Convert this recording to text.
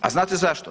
A znate zašto?